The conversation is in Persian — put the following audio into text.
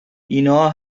اینا